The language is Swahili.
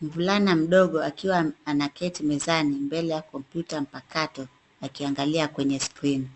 Mvulana mdogo akiwa anaketi mezani mbele ya kompyuta mpakato akiangalia kwenye screen .